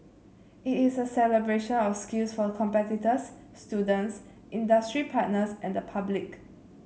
it is a celebration of skills for competitors students industry partners and the public